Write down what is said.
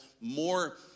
more